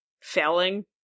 failing